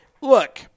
Look